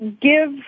give